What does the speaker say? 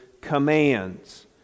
commands